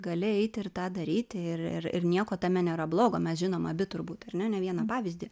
gali eiti ir tą daryti ir ir ir nieko tame nėra blogo mes žinom abi turbūt ar ne ne vieną pavyzdį